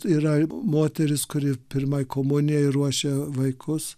yra moteris kuri pirmai komunijai ruošia vaikus